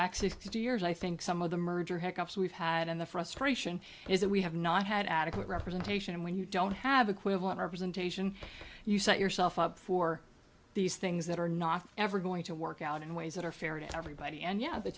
back sixty years i think some of the merger heck ups we've had and the frustration is that we have not had adequate representation and when you don't have equivalent our presentation you set yourself up for these things that are not ever going to work out in ways that are fair to everybody and y